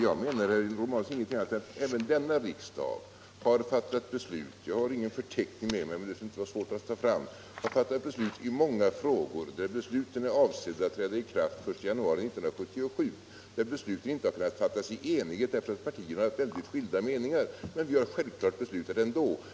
Jag menar, herr Romanus, ingenting annat än att även denna riksdag har fattat beslut — jag har ingen förteckning med mig, men det skulle inte vara svårt att ta fram en sådan — i många frågor där besluten är avsedda att träda i kraft den 1 januari 1977. Dessa beslut har inte kunnat fattas i enighet därför att partierna har väldigt skilda meningar, men vi har självklart beslutat ändå.